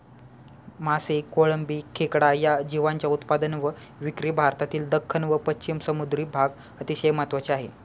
मासे, कोळंबी, खेकडा या जीवांच्या उत्पादन व विक्री भारतातील दख्खन व पश्चिम समुद्री भाग अतिशय महत्त्वाचे आहे